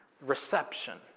Reception